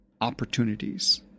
opportunities